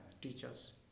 teachers